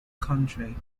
country